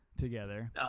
Together